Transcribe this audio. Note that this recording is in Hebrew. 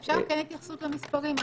אפשר כן התייחסות למספרים?